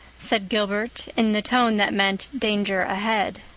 said gilbert in the tone that meant danger ahead.